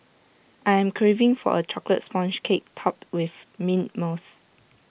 I am craving for A Chocolate Sponge Cake Topped with Mint Mousse